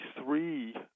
three